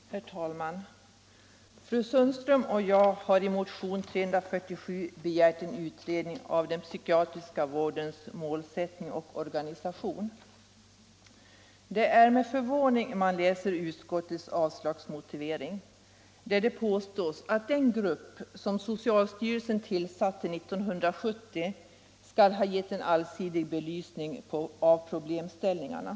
Herr talman! Fru Sundström och jag har i motionen 347 begärt en utredning av den psykiatriska vårdens målsättning och organisation. Det är med förvåning man läser utskottets avslagsmotivering, där det påstås att den expertgrupp som socialstyrelsen 1970 tillsatte skall ha givit en allsidig belysning av problemställningarna.